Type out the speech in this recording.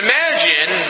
Imagine